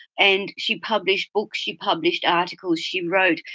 and she published books, she published articles, she wrote,